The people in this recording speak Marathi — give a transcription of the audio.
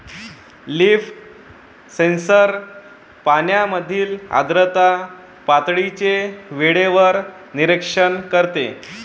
लीफ सेन्सर पानांमधील आर्द्रता पातळीचे वेळेवर निरीक्षण करते